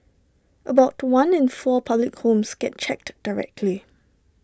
about one in four public homes gets checked directly